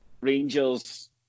Rangers